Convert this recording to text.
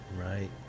Right